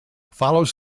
follows